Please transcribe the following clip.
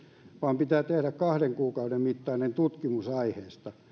vaan pitää tehdä kahden kuukauden mittainen tutkimus aiheesta